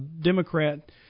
Democrat